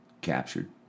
captured